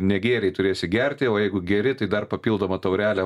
negėrei turėsi gerti o jeigu geri tai dar papildomą taurelę